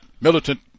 militant